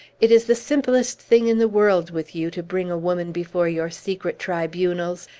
it is the simplest thing in the world with you to bring a woman before your secret tribunals,